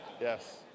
yes